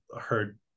heard